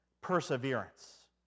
perseverance